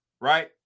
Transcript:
right